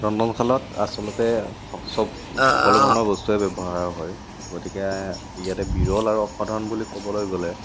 ৰন্ধনশালত আচলতে চব সকলো ধৰণৰ বস্তুৱেই ব্যৱহাৰ হয় গতিকে ইয়াতে বিৰল আৰু অসাধাৰণ বুলি কবলৈ গ'লে